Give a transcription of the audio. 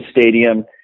stadium